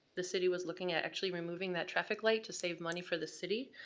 the city was looking at actually removing that traffic light to save money for the city.